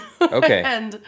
Okay